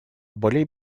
более